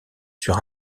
sur